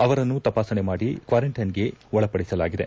ಅವರನ್ನು ತಪಾಸಣೆ ಮಾಡಿ ಕ್ವಾರಂಟೈನ್ಗೆ ಒಳಪಡಿಸಲಾಗಿದೆ